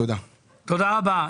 תודה רבה.